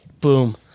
Boom